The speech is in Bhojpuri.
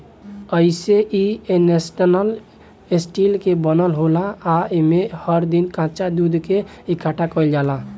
अइसे इ स्टेनलेस स्टील के बनल होला आ एमे हर दिन कच्चा दूध के इकठ्ठा कईल जाला